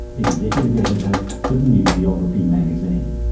executive editor of new geography magazine.